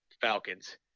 Falcons